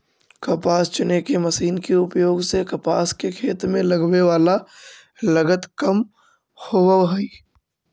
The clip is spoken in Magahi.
कपास चुने के मशीन के उपयोग से कपास के खेत में लगवे वाला लगत कम होवऽ हई